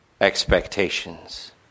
expectations